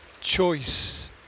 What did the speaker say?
Choice